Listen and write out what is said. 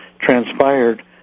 transpired